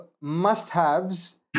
must-haves